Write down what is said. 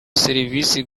serivi